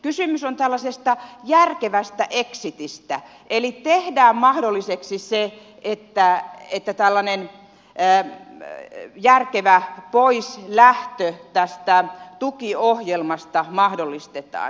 kysymys on tällaisesta järkevästä exitistä eli tehdään mahdolliseksi se että tällainen järkevä poislähtö tästä tukiohjelmasta mahdollistetaan